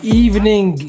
evening